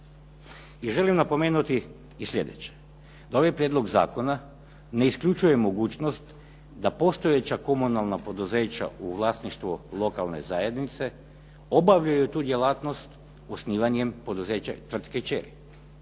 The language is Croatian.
I želim napomenuti i slijedeće da ovaj prijedlog zakona ne isključuje mogućnost da postojeća komunalna poduzeća u vlasništvu lokalne zajednice obavljaju tu djelatnost osnivanjem poduzeća, tvrtke …